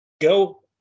go